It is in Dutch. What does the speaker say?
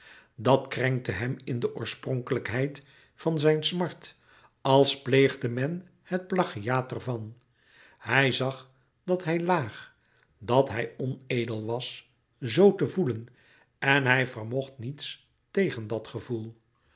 dat krenkte hem in de oorspronkelijkheid van zijn smart als pleegde men het plagiaat er van hij zag dat hij laag dat hij onedel was z te voelen en hij vermocht niets tegen dat gevoel